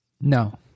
No